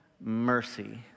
mercy